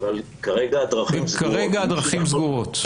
אבל כרגע הדרכים סגורות?